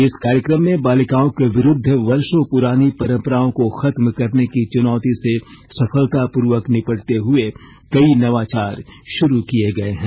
इस कार्यक्रम में बालिकाओं के विरूद्ध वर्षों पुरानी परंपराओं को खत्म करने की चुनौती से सफलतापूर्वक निपटते हुए कई नवाचार शुरू किये गये हैं